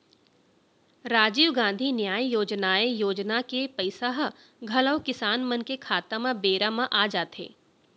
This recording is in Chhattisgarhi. राजीव गांधी न्याय योजनाए योजना के पइसा ह घलौ किसान मन के खाता म बेरा म आ जाथे